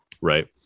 Right